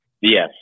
yes